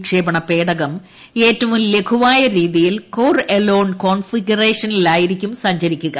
വിക്ഷേപണ പേടകം ഏറ്റവും ലഘുവായ രീതിയിൽ കോർ എലോൺ കോൺഫിഗറേഷനിലായിരിക്കും സഞ്ചരിക്കുക